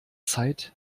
zeit